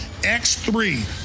X3